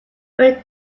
when